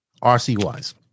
RC-wise